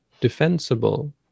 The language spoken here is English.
defensible